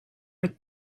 for